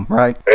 right